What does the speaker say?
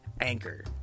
Anchor